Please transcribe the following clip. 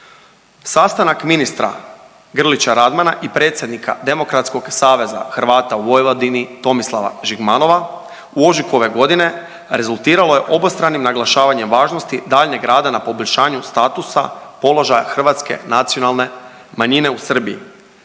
Sastanak ministra Grlića Radmana i predsjednika Demokratskog saveza Hrvata u Vojvodini Tomislava Žigmanova u ožujku ove godine rezultiralo je obostranim naglašavanjem važnosti daljnjeg rada na poboljšanju statusa, položaja hrvatske nacionalne manjine u Srbiji.